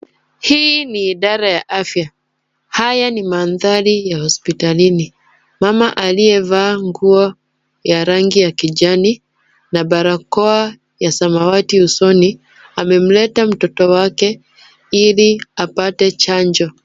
Hii ni idara ya afya. Haya ni mandhari ya hospitalini. Mama aliyevaa nguo ya rangi ya kijani na barakoa ya samawati usoni, amemleta mtoto wake ili apate chanjo.